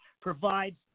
provides